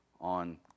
on